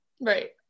Right